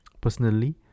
Personally